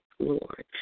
Lord